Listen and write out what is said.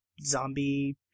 zombie